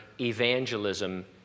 evangelism